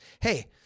Hey